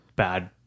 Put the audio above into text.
Bad